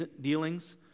dealings